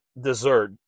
dessert